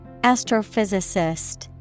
Astrophysicist